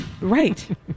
right